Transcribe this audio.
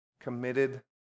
Committed